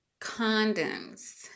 condoms